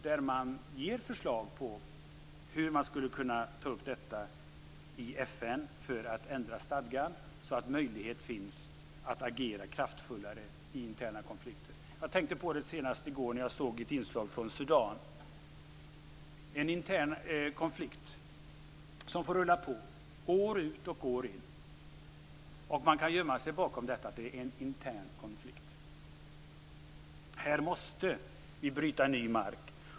Där ger man förslag på hur man skulle kunna ta upp detta i FN för att ändra stadgan så att möjlighet finns att agera kraftfullare i interna konflikter. Jag tänkte på det senast i går när jag såg ett inslag från Sudan. Det är en intern konflikt som får rulla på år ut och år in, och man kan gömma sig bakom detta att det är en intern konflikt. Här måste vi bryta ny mark.